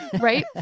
Right